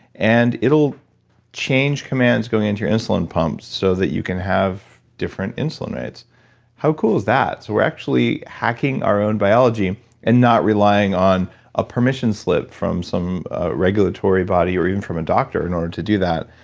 and it'll change commands going into your insulin pump so that you can have different insulin rates how cool is that? so we're actually hacking our own biology and not relying on a permission slip from some regulatory body, or even from a doctor in order to do that.